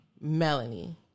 Melanie